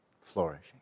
flourishing